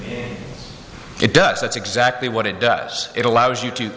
it does that's exactly what it does it allows you